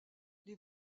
les